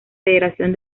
federación